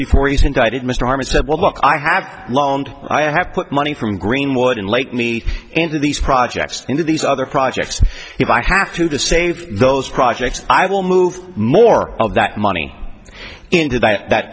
before he's indicted mr armey said well look i have loaned i have put money from greenwood in late me into these projects into these other projects if i have to to save those projects i will move more of that money into that